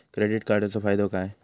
Credit कार्डाचो फायदो काय?